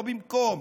לא במקום.